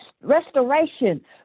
restoration